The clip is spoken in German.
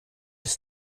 ist